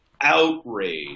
outrage